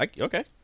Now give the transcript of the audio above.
okay